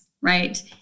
right